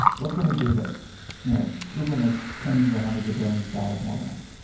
what can we do that you know google makes tens or hundreds of billions of dollars more than us.